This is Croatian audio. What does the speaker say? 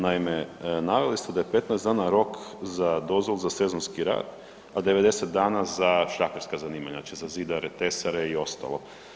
Naime, naveli ste da je 15 dana rok za dozvolu za sezonski rad, a 90 dana za šljakerska zanimanja, znači za zidare, tesare i ostalo.